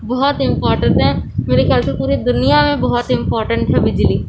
بہت امپورٹنٹ ہے میرے خیال سے پوری دنیا میں بہت امپورٹنٹ ہے بجلی